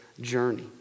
journey